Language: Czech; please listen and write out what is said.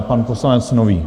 Pan poslanec Nový.